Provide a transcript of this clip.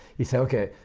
he'd say, okay,